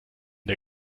der